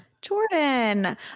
Jordan